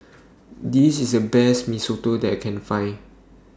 This IS The Best Mee Soto that I Can Find